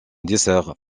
dessert